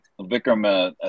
Vikram